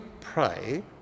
pray